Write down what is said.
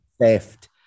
theft